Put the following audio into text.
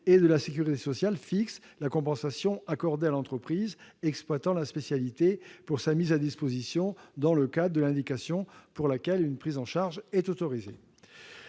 et de la sécurité sociale fixent la compensation accordée à l'entreprise exploitant la spécialité pour sa mise à disposition dans le cadre de l'indication pour laquelle une prise en charge est autorisée.